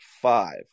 five